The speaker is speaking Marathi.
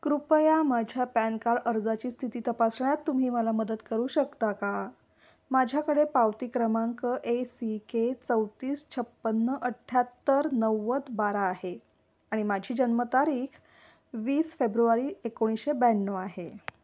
कृपया माझ्या पॅन कार्ड अर्जाची स्थिती तपासण्यात तुम्ही मला मदत करू शकता का माझ्याकडे पावती क्रमांक ए सी के चौतीस छप्पन्न अठ्ठ्याहत्तर नव्वद बारा आहे आणि माझी जन्मतारीख वीस फेब्रुवारी एकोणीशे ब्याण्णव आहे